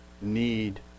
need